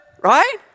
right